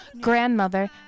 Grandmother